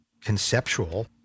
conceptual